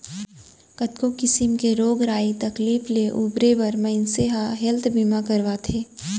कतको किसिम के रोग राई तकलीफ ले उबरे बर मनसे ह हेल्थ बीमा करवाथे